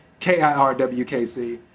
KIRWKC